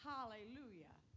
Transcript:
Hallelujah